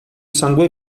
sangue